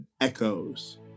echoes